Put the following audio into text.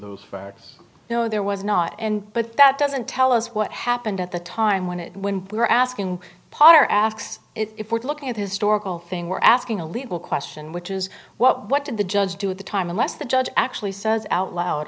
those facts no there was not and but that doesn't tell us what happened at the time when it when we were asking potter asks if we're looking at historical thing we're asking a legal question which is what did the judge do at the time unless the judge actually says out loud